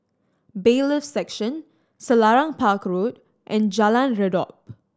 Bailiffs' Section Selarang Park Road and Jalan Redop